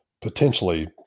potentially